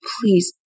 please